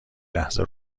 لحظه